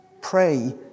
Pray